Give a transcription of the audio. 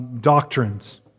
doctrines